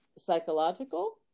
psychological